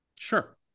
Sure